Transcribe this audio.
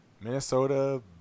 Minnesota